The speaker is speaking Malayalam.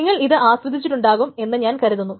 നിങ്ങൾ ഇത് ആസ്വദിച്ചിട്ടുണ്ടാകും എന്ന് ഞാൻ കരുതുന്നു